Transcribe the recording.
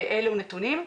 מהם הנתונים?